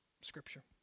scripture